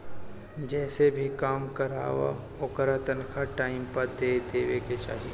जेसे भी काम करवावअ ओकर तनखा टाइम पअ दे देवे के चाही